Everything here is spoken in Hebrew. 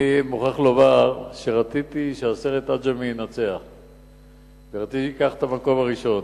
אני מוכרח לומר שרציתי שהסרט "עג'מי" ינצח וייקח את המקום הראשון.